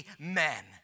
amen